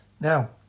Now